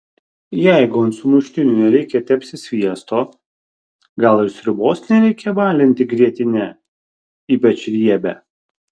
jeigu ant sumuštinių nereikia tepti sviesto gal ir sriubos nereikia balinti grietine ypač riebia